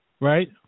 Right